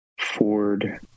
Ford